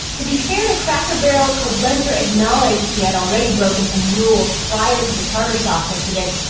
to be fair to cracker barrel, koblenzer acknowledged he had already broken some rules prior to the tartar sauce incident.